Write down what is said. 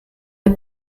der